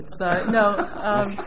no